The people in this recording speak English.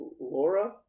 Laura